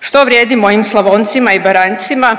Što vrijedi mojim Slavoncima i Baranjcima